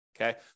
Okay